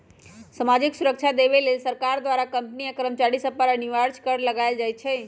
सामाजिक सुरक्षा देबऐ लेल सरकार द्वारा कंपनी आ कर्मचारिय सभ पर अनिवार्ज कर लगायल जाइ छइ